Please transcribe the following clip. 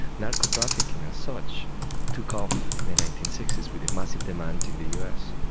narco trafficking as such took off in the nineteen sixty s with a massive demand in the us.